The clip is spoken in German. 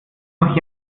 noch